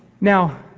Now